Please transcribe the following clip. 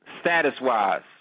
status-wise